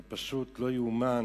זה פשוט לא ייאמן.